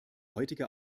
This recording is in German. heutige